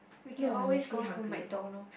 we can always go to MacDonald